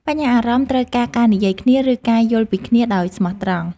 បញ្ហាអារម្មណ៍ត្រូវការការនិយាយគ្នា ឬការយល់ពីគ្នាដោយស្មោះត្រង់។